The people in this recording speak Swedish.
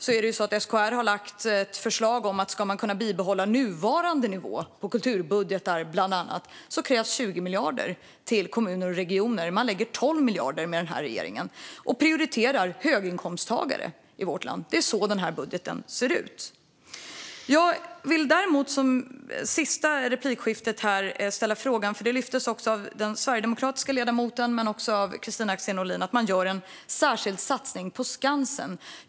SKR har meddelat att det krävs 20 miljarder om kommuner och regioner ska kunna behålla nuvarande nivå på bland annat kulturbudgetar. Regeringen lägger 12 miljarder och prioriterar höginkomsttagare i vårt land. Det är så den här budgeten ser ut. Jag vill ställa en fråga sist i det här replikskiftet. Det lyftes fram av den sverigedemokratiska ledamoten men också av Kristina Axén Olin att man gör en särskild satsning på Skansen.